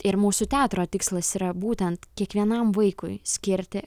ir mūsų teatro tikslas yra būtent kiekvienam vaikui skirti